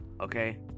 okay